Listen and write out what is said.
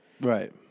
Right